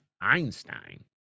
einstein